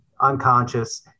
unconscious